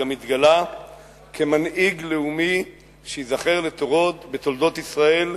גם התגלה כמנהיג לאומי שייזכר לדורות בתולדות ישראל,